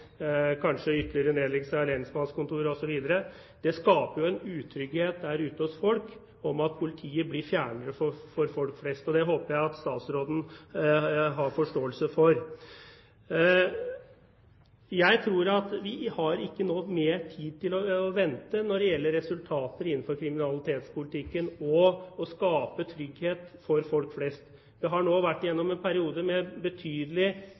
kanskje ytterligere nedleggelser av lensmannskontorer osv., er at det skaper en utrygghet ute blant folk for at politiet blir fjernere for folk flest – det håper jeg at statsråden har forståelse for. Jeg tror at vi nå ikke har mer tid til å vente på resultater innenfor kriminalpolitikken for å skape trygghet for folk flest. Vi har nå vært igjennom en periode med betydelig